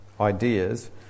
ideas